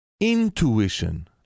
Intuition